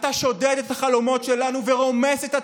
אתה שודד את החלומות שלנו ורומס את התקווה,